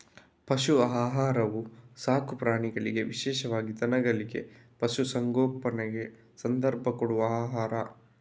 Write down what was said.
ಪಶು ಆಹಾರವು ಸಾಕು ಪ್ರಾಣಿಗಳಿಗೆ ವಿಶೇಷವಾಗಿ ದನಗಳಿಗೆ, ಪಶು ಸಂಗೋಪನೆಯ ಸಂದರ್ಭ ಕೊಡುವ ಆಹಾರ